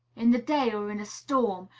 in the day, or in a storm,